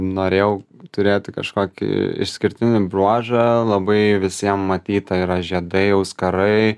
norėjau turėti kažkokį išskirtinį bruožą labai visiem matyta yra žiedai auskarai